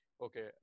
okay